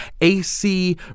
AC